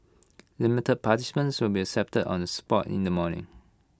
limited participants will be accepted on the spot in the morning